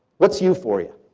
what's euphoria?